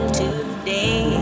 today